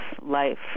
life